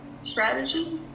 strategy